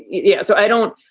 yeah. so i don't.